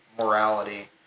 morality